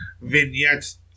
vignettes